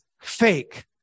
fake